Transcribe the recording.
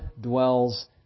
dwells